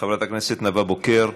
חברת הכנסת נאוה בוקר,